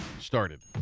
started